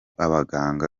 abaganga